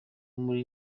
muri